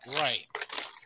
right